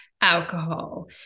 alcohol